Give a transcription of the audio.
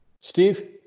Steve